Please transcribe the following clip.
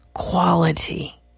quality